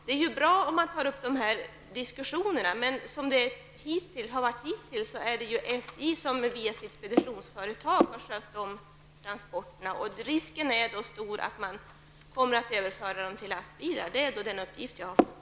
Det är ju bra om dessa diskussioner förs. Men hittills har SJ via sitt expeditionsföretag skött om transporterna. Risken är då stor att dessa transporter kommer att överföras till lastbil. Det är en uppgift jag har fått.